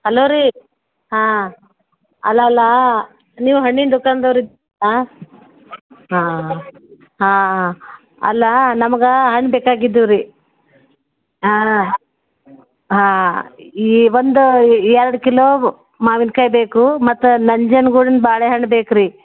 hello ರೀ ಹಾಂ ಅಲಲಾ ನೀವು ಹಣ್ಣಿನ ದುಕಾನ್ದವ್ರಿದ್ದು ಆಂ ಹಾಂ ಹಾಂ ಹಾಂ ಹಾಂ ಅಲ್ಲ ನಮ್ಗೆ ಹಣ್ಣು ಬೇಕಾಗಿದ್ವುರಿ ಹಾಂ ಈ ಒಂದು ಎರ್ಡು ಕಿಲೋ ಮಾವಿನಕಾಯಿ ಬೇಕು ಮತ್ತು ನಂಜನಗೂಡಿನ ಬಾಳೆಹಣ್ಣು ಬೇಕ್ರಿ